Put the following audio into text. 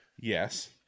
Yes